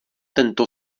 tento